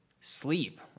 sleep